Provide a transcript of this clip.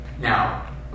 Now